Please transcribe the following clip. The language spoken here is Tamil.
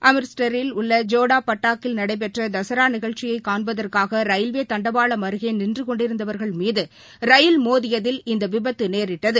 அம்ரிஷ்டரில் உள்ள ஜோடாபாட்டக்கில் நடைபெற்ற தசரா நிகழ்ச்சியை காண்பதற்காக ரயில்வே தண்டவாளம் அருகே நின்று கொண்டிருந்தவர்கள் மீது ரயில் மோதியதில் இந்த விபத்து நேரிட்டது